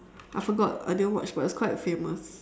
I forgot I didn't watch but it was quite famous